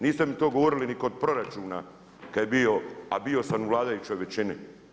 Niste mi to govorili ni kod proračuna kad je bio, a bio sam u vladajućoj većini.